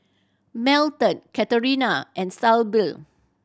Melton Katharina and Syble